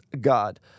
God